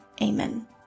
amen